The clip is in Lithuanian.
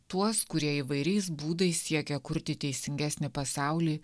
tuos kurie įvairiais būdais siekia kurti teisingesnį pasaulį